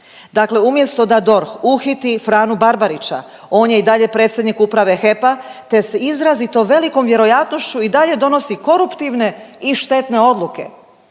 Dakle, umjesto da DORH uhiti Franu Barbarića on je i dalje predsjednik uprave HEP-a te s izrazito velikom vjerojatnošću i dalje donosi koruptivne i štetne odluke.